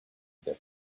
their